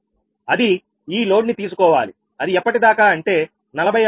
అది ఈ లోడ్ ని తీసుకోవాలి అది ఎప్పటి దాకా అంటే 46